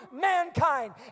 mankind